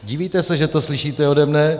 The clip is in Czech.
Divíte se, že to slyšíte ode mne?